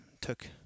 took